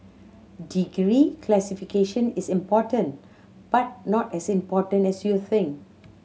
degree classification is important but not as important as you think